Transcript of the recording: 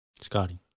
Scotty